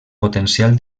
potencial